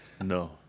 No